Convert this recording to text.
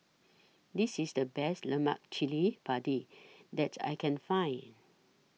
This IS The Best Lemak Chili Padi that I Can Find